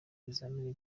ibizamini